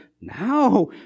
now